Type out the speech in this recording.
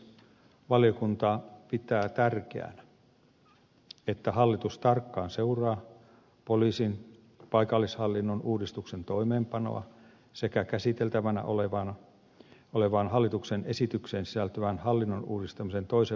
valiokunta pitää tärkeänä että hallitus tarkkaan seuraa poliisin paikallishallinnon uudistuksen toimeenpanoa sekä käsiteltävänä olevaan hallituksen esitykseen sisältyvän hallinnonuudistamisen toisen vaiheen toteuttamista